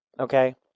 okay